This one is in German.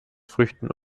früchten